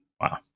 Wow